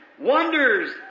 wonders